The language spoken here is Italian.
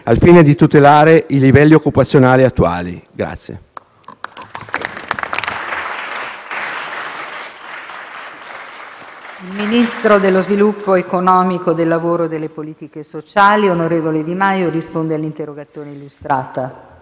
al fine di tutelare i livelli occupazionali attuali.